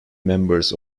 members